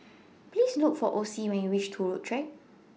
Please Look For Ocie when YOU REACH Turut Track